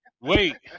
wait